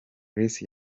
grace